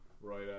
right